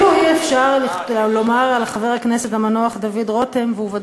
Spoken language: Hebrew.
אפילו אי-אפשר לחשוד בחבר הכנסת דוד רותם שהוא השתייך ל"פיינשמקרים".